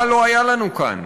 מה לא היה לנו כאן?